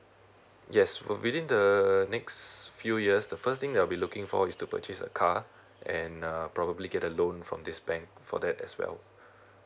yes within the next few years the first thing I'll be looking for you to purchase a car and uh probably get a loan from this bank for that as well